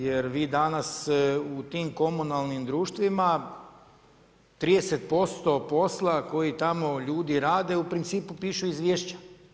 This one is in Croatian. Jer vi danas u tim komunalnim društvima 30% posla koji tamo ljudi rade u principu pišu izvješća.